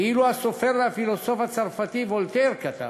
ואילו הסופר והפילוסוף הצרפתי וולטר כתב: